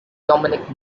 dominic